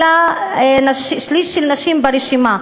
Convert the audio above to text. אלא שליש של נשים ברשימה,